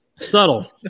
Subtle